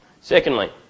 Secondly